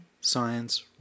Science